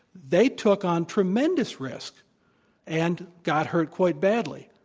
they took on tremendous risk and got hurt quite badly.